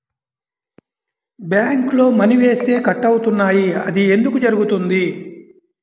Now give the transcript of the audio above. బ్యాంక్లో మని వేస్తే కట్ అవుతున్నాయి అది ఎందుకు జరుగుతోంది?